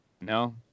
No